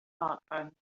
smartphone